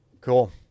Cool